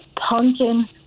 pumpkin